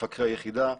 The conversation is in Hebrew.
מפקחי היחידה,